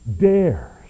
dares